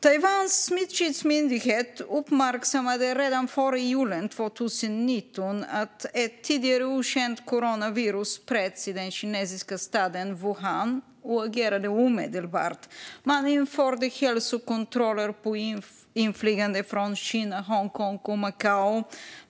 Taiwans smittskyddsmyndighet uppmärksammade redan före julen 2019 att ett tidigare okänt coronavirus spreds i den kinesiska staden Wuhan och agerade omedelbart. Man införde hälsokontroller av inflygande från Kina, Hongkong och Macao.